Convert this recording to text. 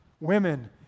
Women